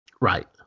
right